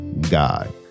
god